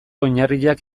oinarriak